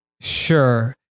Sure